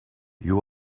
you